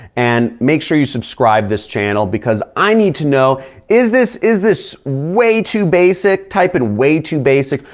and make sure you subscribe this channel because i need to know is this. is this way too basic type and way too basic?